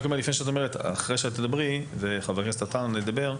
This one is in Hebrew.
שאת תדברי וחבר הכנסת עטאונה ידבר.